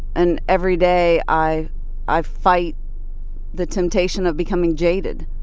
and every day i i fight the temptation of becoming jaded.